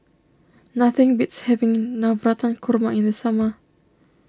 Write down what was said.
nothing beats having Navratan Korma in the summer